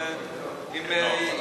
הוא מסכים אתי,